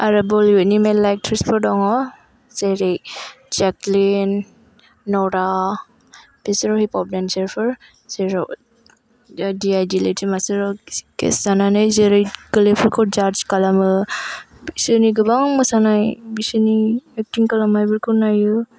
आरो बलीउइदनि मेल्ला एक्ट्रिसफोर दङ जेरै जेक्लिन नरा बिसोर हिपप दान्सारफोर जेराव डिआईडि लिटिल मास्टाराव खेस जानानै जेरै गोरलैफोरखौ जाद्स खालामो बिसोरनि गोबां मोसानाय बिसोरनि एक्टिं खालामनाय बेफोरखौ नाययो